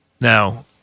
Now